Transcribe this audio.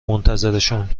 منتظرشون